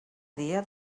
dia